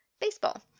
baseball